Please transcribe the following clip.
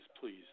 please